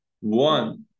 One